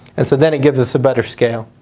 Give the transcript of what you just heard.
and so then it gives us a better scale.